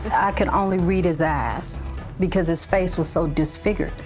i could only read his eyes because his face was so disfigured.